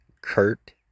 Kurt